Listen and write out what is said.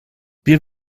wir